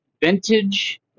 vintage